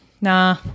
nah